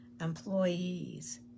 employees